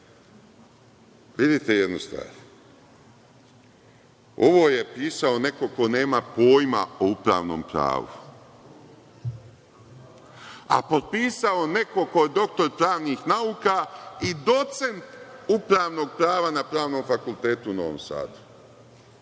Vidite jednu stvar, ovo je pisao neko ko nema pojma o upravnom pravu, a potpisao neko ko je doktor pravnih nauka i docent upravnog prava na Pravnom fakultetu u Novom Sadu.